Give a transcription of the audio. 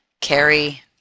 carry